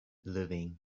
living